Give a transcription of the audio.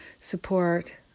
support